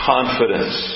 Confidence